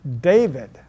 David